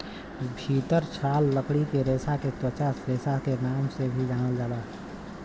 भितर छाल लकड़ी के रेसा के त्वचा रेसा के नाम से भी जानल जाला